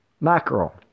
Mackerel